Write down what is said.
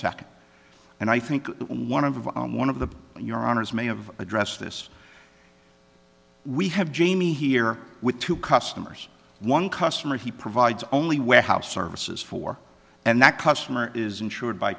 second and i think one of on one of the your honour's may have addressed this we have jamie here with two customers one customer he provides only warehouse services for and that customer is insured by